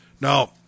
Now